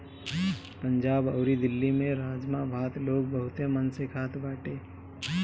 पंजाब अउरी दिल्ली में राजमा भात लोग बहुते मन से खात बाटे